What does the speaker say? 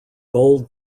bold